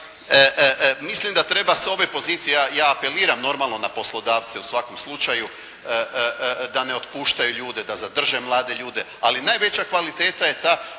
mislim da treba s ove pozicije, ja apeliram normalno na poslodavce u svakom slučaju, da ne otpuštaju ljude, da zadrže ljude, ali najveća kvaliteta je ta,